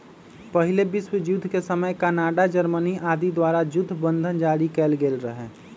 पहिल विश्वजुद्ध के समय कनाडा, जर्मनी आदि द्वारा जुद्ध बन्धन जारि कएल गेल रहै